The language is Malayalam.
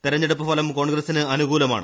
തെരഞ്ഞെടുപ്പ് ഫലം കോൺഗ്രസ്സിന് അന്മുകൂലമാണ്